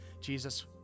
Jesus